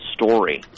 story